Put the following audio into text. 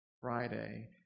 Friday